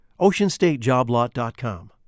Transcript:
OceanStateJobLot.com